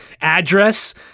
address